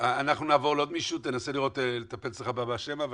יורם שפירא, שלום, יורם.